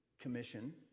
Commission